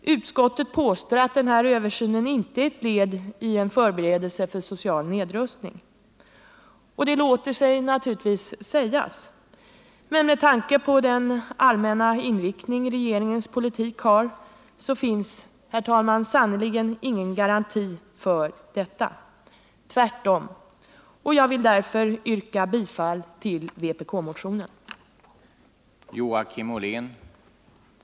Utskottet påstår att denna översyn inte är ett led i en förberedelse för en social nedrustning. Detta låter sig naturligtvis sägas, men med tanke på den allmänna inriktning regeringens politik har finns det, herr talman, sannerligen ingen garanti för detta — tvärtom. Jag vill därför yrka bifall till vpk-motionen 2066.